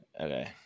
Okay